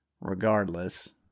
Regardless